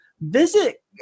visit